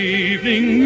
evening